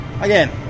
again